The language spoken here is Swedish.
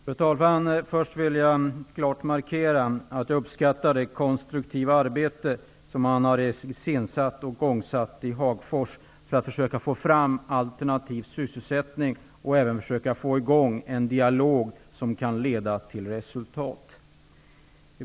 Fru talman! Först vill jag klart markera att jag uppskattar det konstruktiva arbete som man har igångsatt i Hagfors för att försöka få fram alternativ sysselsättning och även få i gång en dialog som kan leda till resultat.